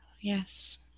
Yes